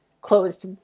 closed